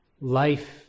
Life